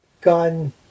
gun